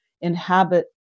inhabit